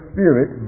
Spirit